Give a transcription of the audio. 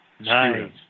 Nice